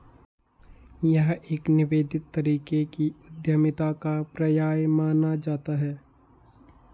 यह एक निवेदित तरीके की उद्यमिता का पर्याय माना जाता रहा है